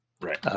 Right